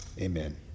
Amen